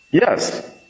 Yes